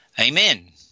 Amen